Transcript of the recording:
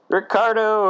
Ricardo